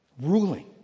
ruling